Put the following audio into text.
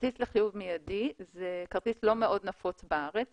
כרטיס לחיוב מיידי הוא כרטיס לא מאוד נפוץ בארץ